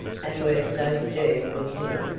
and were so stern with him,